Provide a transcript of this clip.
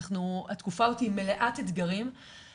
התקופה הזאת היא מלאת אתגרים,